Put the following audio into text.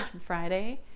Friday